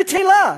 בטלה.